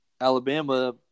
Alabama